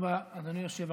תודה רבה, אדוני היושב-ראש.